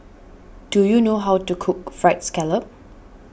do you know how to cook Fried Scallop